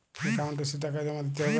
Account এসে টাকা জমা দিতে হবে?